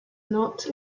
not